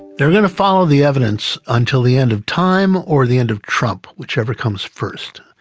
they're going to follow the evidence until the end of time or the end of trump, whichever comes first.